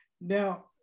Now